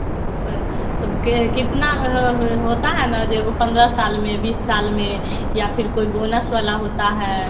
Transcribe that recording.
उ त तब कै कितना ह ह होता है न जे ओ पंद्रह साल में बीस साल में या फिर कोई बोनस वाला होता है